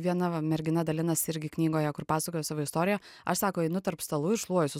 viena va mergina dalinasi irgi knygoje kur pasakojo savo istoriją aš sako einu tarp stalų ir šluoju su